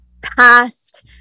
past